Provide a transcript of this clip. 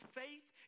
faith